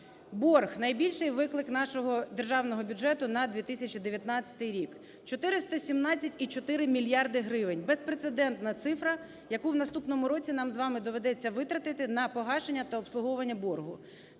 Борг - найбільший виклик нашого Державного бюджету на 2019 рік. 417,4 мільярда гривень - безпрецедентна цифра, яку в наступному році нам з вами доведеться витратити на погашення та обслуговування боргу.